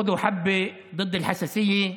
(אומר בערבית: קחו כדור נגד אלרגיה,)